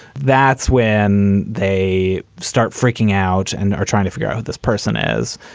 that's when they start freaking out and are trying to figure out who this person is.